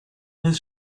his